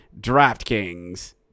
DraftKings